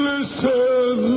Listen